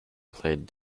played